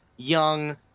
young